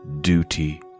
duty